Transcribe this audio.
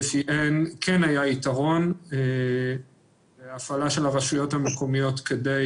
שלפיו כן היה יתרון בהפעלה של הרשויות המקומיות כדי